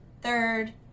third